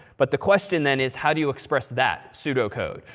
but the question then is, how do you express that pseudo code?